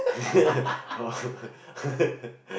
oh